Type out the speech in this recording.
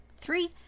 Three